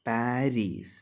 Paris